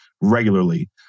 regularly